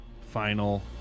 final